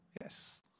Yes